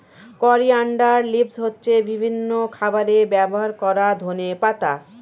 coriander leaves হচ্ছে বিভিন্ন খাবারে ব্যবহার করা ধনেপাতা